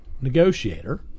negotiator